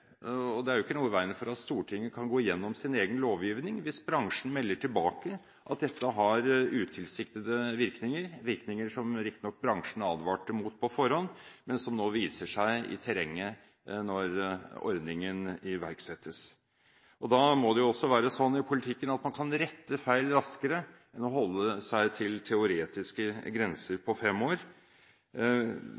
og det er jo ikke noe i veien for at Stortinget kan gå igjennom sin egen lovgivning hvis bransjen melder tilbake at dette har utilsiktede virkninger – virkninger som riktignok bransjen advarte mot på forhånd, men som nå viser seg i terrenget når ordningen iverksettes. Da må det være sånn i politikken at man kan rette feil raskere enn å holde seg til teoretiske grenser